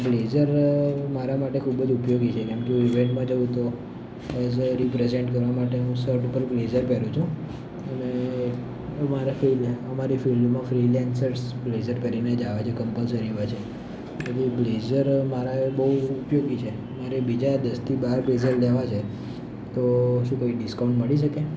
blazer મારા માટે ખૂબ જ ઉપયોગી છે કેમ કે હું ઇવેન્ટમાં જાઉં તો એઝ અ રિપ્રેઝન્ટ કરવા માટે હું શટ પર બ્લેઝર પહેરું છું અને અમારાં ફિલ્ડ અમારી ફિલ્ડમાં ફ્રીલાન્સર્સ બ્લેઝર પહેરીને જ આવે છે કમ્પલસરી હોય છે એટલે બ્લેઝર મારે બહુ ઉપયોગી છે મારે બીજા દસ થી બાર બ્લેઝર લેવા છે તો શું કોઈ ડિસ્કાઉન્ટ મળી શકે